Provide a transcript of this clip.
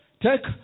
take